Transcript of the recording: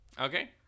Okay